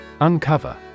Uncover